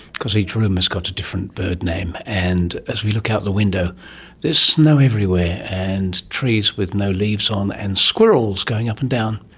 because each room has got a different bird name. and as we look out the window there's snow everywhere and trees with no leaves on and squirrels going up and down.